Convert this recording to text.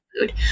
food